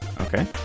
Okay